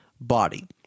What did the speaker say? body